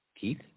Keith